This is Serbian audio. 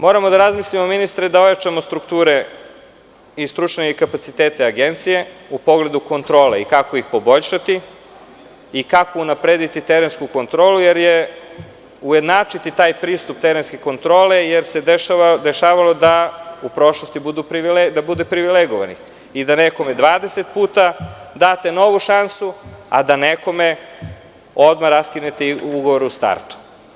Moramo da razmislimo ministre da ojačamo stručne strukture i kapacitete Agencije u pogledu kontrole i kako ih poboljšati i kako unaprediti terensku kontrolu, ujednačiti taj pristup terenske kontrole, jer se dešavalo da u prošlosti budu privilegovani i da nekome 20 puta date novu šansu, a da nekome odmah raskinete ugovor u startu.